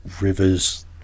rivers